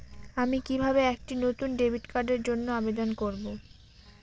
আমি কিভাবে একটি নতুন ডেবিট কার্ডের জন্য আবেদন করব?